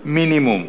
מינימום.